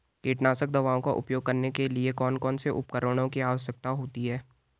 कीटनाशक दवाओं का उपयोग करने के लिए कौन कौन से उपकरणों की आवश्यकता होती है?